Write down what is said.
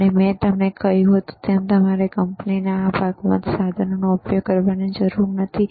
અને મેં કહ્યું તેમ તમારે કંપનીઓના આ ભાગમાંથી સાધનોનો ઉપયોગ કરવાની જરૂર નથી